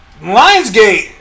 Lionsgate